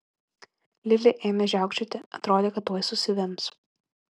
lili ėmė žiaukčioti atrodė kad tuoj susivems